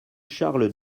charles